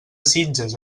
sitges